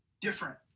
different